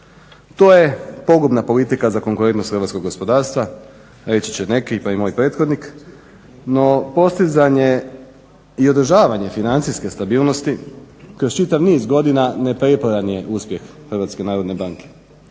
To je pogubna politika za konkurentnost hrvatskog gospodarstva reći će neki pa i moj prethodnik no postizanje i održavanje financijske stabilnosti kroz čitav niz godina neprijeporan je uspjeh HNB-a.